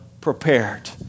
prepared